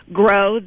grow